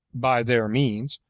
by their means,